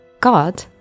god